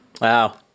Wow